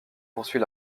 poursuit